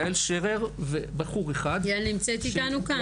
יעל שרר ובחור אחד --- יעל נמצאת אתנו כאן.